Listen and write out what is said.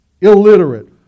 illiterate